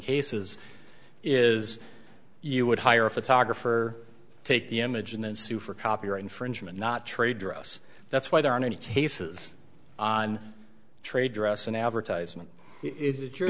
cases is you would hire a photographer take the image and then sue for copyright infringement not trade dress that's why there aren't any cases on trade dress an advertisement i